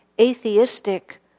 atheistic